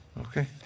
Okay